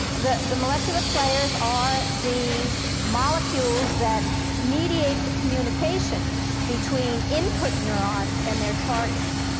the the molecular players are the molecules that mediate the communication between input neurons and their targets.